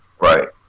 Right